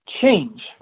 change